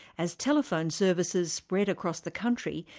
as telephone services spread across the country,